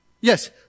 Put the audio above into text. Yes